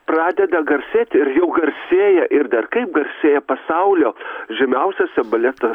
pradeda garsėti ir jau garsėja ir dar kaip garsėja pasaulio žymiausiose baleto